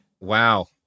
Wow